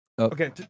Okay